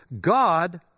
God